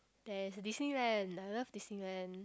there's Disneyland I love Disneyland